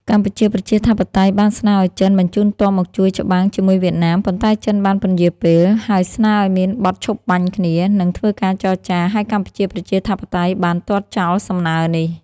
កម្ពុជាប្រជាធិបតេយ្យបានស្នើឱ្យចិនបញ្ជូនទ័ពមកជួយច្បាំងជាមួយវៀតណាម ប៉ុន្តែចិនបានពន្យារពេល ហើយស្នើឱ្យមានបទឈប់បាញ់គ្នា និងធ្វើការចរចា ហើយកម្ពុជាប្រជាធិបតេយ្យបានទាត់ចោលសំណើនេះ។